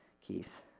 Keith